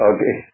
Okay